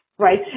Right